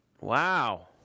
Wow